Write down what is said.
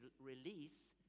release